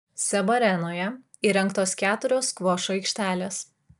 seb arenoje įrengtos keturios skvošo aikštelės